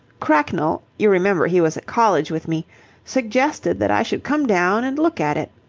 cracknell you remember he was at college with me suggested that i should come down and look at it.